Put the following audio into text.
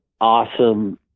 awesome